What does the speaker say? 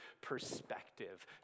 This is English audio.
perspective